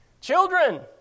children